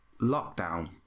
lockdown